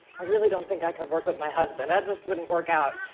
i really don't think i could work with my husband. that just wouldn't work out.